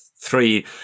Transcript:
three